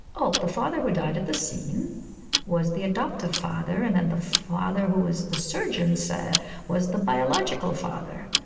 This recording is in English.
oh, the father who died at the scene was the adoptive father, and then the father who was the surgeon so was the biological father.